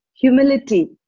humility